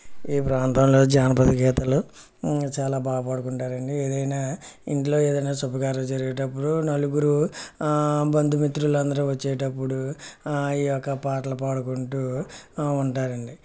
ఈ ప్రాంతంలో జానపద గీతాలు చాలా బాగా పాడుకుంటారు అండి ఏదైన ఇంట్లో ఏదన్న శుభకార్యం జరిగేటప్పుడు నలుగురు బంధుమిత్రులు అందరు వచ్చేటప్పుడు ఈ యొక్క పాటలు పాడుకుంటూ ఉంటారండి